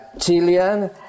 Chilean